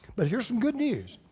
but here's some good news.